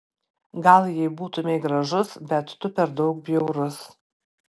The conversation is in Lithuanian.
gal jei būtumei gražus bet tu per daug bjaurus